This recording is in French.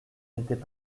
n’étaient